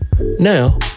Now